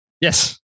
Yes